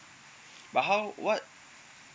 but how what